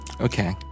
okay